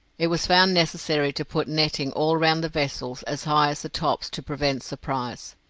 it was found necessary to put netting all round the vessels as high as the tops to prevent surprise,